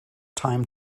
time